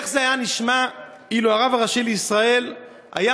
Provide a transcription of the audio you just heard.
איך זה היה נשמע אילו הרב הראשי לישראל היה